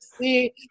see